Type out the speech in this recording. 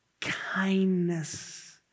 kindness